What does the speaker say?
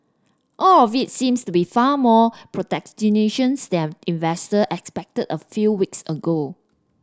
all of it seems to be far more than investor expected a few weeks ago